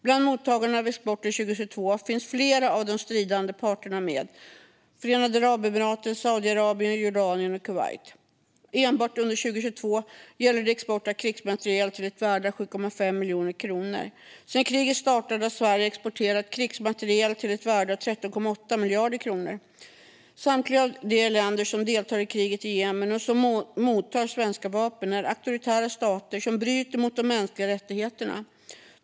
Bland mottagarna av exporten 2022 finns flera av de stridande parterna med: Förenade Arabemiraten, Saudiarabien, Jordanien och Kuwait. Enbart under 2022 gäller det export av krigsmateriel till ett värde av 7,5 miljoner kronor. Sedan kriget startade har Sverige exporterat krigsmateriel till ett värde av 13,8 miljarder kronor. Samtliga av de länder som deltar i kriget i Jemen och som mottar svenska vapen är auktoritära stater som bryter mot de mänskliga rättigheterna.